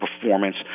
performance